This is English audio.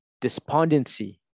despondency